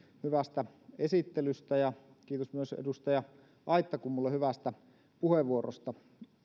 hyvästä esittelystä ja kiitos myös edustaja aittakummulle hyvästä puheenvuorosta